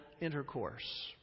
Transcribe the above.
intercourse